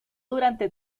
durante